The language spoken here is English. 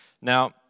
Now